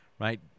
Right